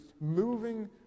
moving